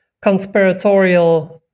conspiratorial